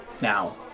now